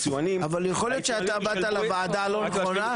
יכול להיות שבאת לוועדה הלא נכונה.